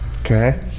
Okay